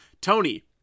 Tony